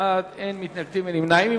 28 בעד, אין מתנגדים, אין נמנעים.